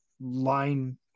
line